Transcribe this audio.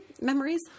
memories